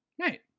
Right